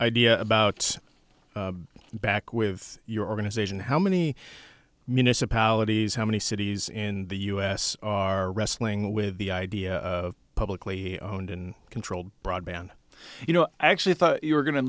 idea about back with your organization how many municipalities how many cities in the u s are wrestling with the idea of publicly owned and controlled broadband you know i actually thought you were